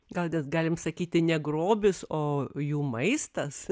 gal mes galime sakyti ne grobis o jų maistas